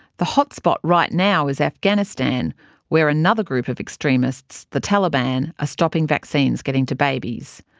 the hotspot right now is afghanistan where another group of extremists, the taliban, are stopping vaccines getting to babies.